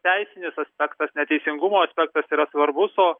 teisinis aspektas neteisingumo aspektas yra svarbus o